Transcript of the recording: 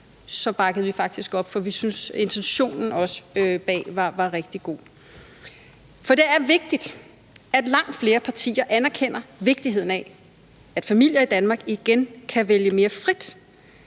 bakkede vi faktisk op, fordi vi syntes, intentionen bag var rigtig god. For det er vigtigt, at langt flere partier anerkender vigtigheden af, at familier i Danmark igen kan vælge mere frit,